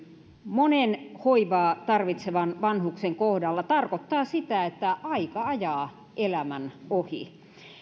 monen hoivaa tarvitsevan vanhuksen kohdalla tarkoittaa sitä että aika ajaa elämän ohi